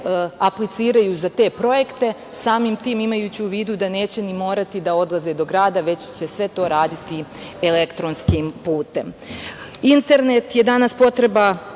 apliciraju za te projekte, samim tim imajući u vidu da neće ni morati da odlaze do grada, već će sve to raditi elektronskim putem. Internet je danas potreba